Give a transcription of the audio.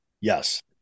Yes